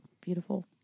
beautiful